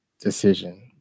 decision